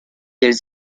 elles